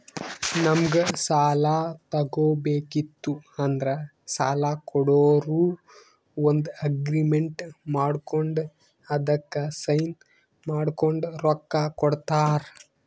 ನಮ್ಗ್ ಸಾಲ ತಗೋಬೇಕಿತ್ತು ಅಂದ್ರ ಸಾಲ ಕೊಡೋರು ಒಂದ್ ಅಗ್ರಿಮೆಂಟ್ ಮಾಡ್ಕೊಂಡ್ ಅದಕ್ಕ್ ಸೈನ್ ಮಾಡ್ಕೊಂಡ್ ರೊಕ್ಕಾ ಕೊಡ್ತಾರ